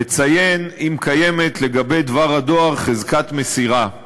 לציין אם קיימת לגבי דבר הדואר חזקת מסירה.